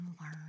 learn